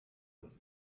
was